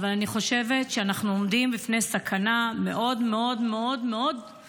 אבל אני חושבת שאנחנו עומדים בפני סכנה מאוד מאוד קשה,